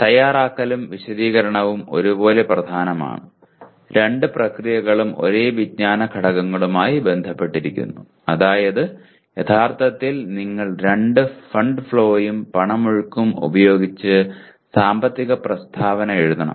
തയ്യാറാക്കലും വിശദീകരണവും ഒരുപോലെ പ്രധാനമാണ് രണ്ട് പ്രക്രിയകളും ഒരേ വിജ്ഞാന ഘടകങ്ങളുമായി ബന്ധപ്പെട്ടിരിക്കുന്നു അതായത് യഥാർത്ഥത്തിൽ നിങ്ങൾ ഫണ്ട് ഫ്ലോയും പണമൊഴുക്കും ഉപയോഗിച്ച് സാമ്പത്തിക പ്രസ്താവന എഴുതണം